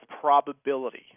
probability